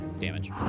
damage